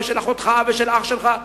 של אחותך ושל אח שלך.